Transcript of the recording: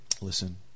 Listen